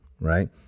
right